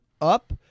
up